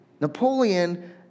Napoleon